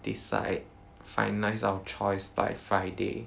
decide finalise our choice by friday